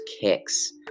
kicks